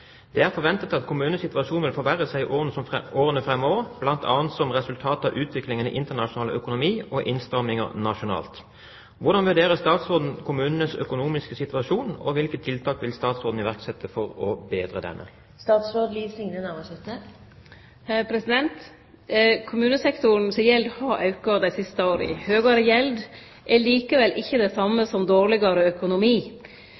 Det er forventet at kommunenes situasjon vil forverre seg i årene fremover, blant annet som resultat av utviklingen i internasjonal økonomi og innstramninger nasjonalt. Hvordan vurderer statsråden kommunenes økonomiske situasjon, og hvilke tiltak vil hun iverksette for å bedre denne?» Kommunesektoren si gjeld har auka dei siste åra. Høgare gjeld er likevel ikkje det